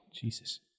Jesus